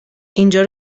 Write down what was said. اینجا